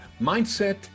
mindset